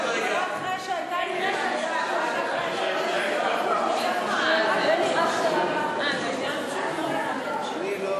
ההצעה להעביר את הצעת חוק סדר הדין הפלילי (תיקון מס' 62,